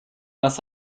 was